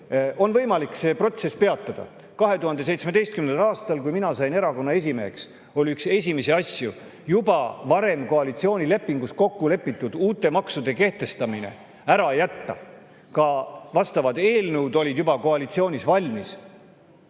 on sõlmitud, see protsess peatada. 2017. aastal, kui mina sain erakonna esimeheks, oli üks esimesi asju juba varem koalitsioonilepingus kokku lepitud uute maksude kehtestamine ära jätta. Ka vastavad eelnõud olid juba koalitsioonis valmis.